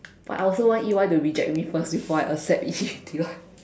but I also want E_Y to reject me first before I accept Deloitte